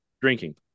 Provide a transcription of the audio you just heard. drinking